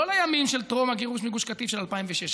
לא לימים של טרום הגירוש מגוש קטיף של 2006,